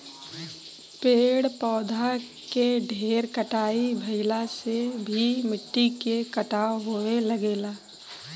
पेड़ पौधा के ढेर कटाई भइला से भी मिट्टी के कटाव होये लगेला